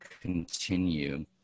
continue